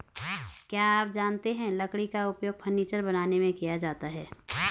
क्या आप जानते है लकड़ी का उपयोग फर्नीचर बनाने में किया जाता है?